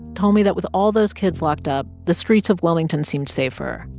told me that with all those kids locked up, the streets of wilmington seemed safer,